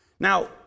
Now